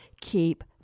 keep